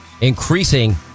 increasing